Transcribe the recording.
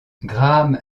graham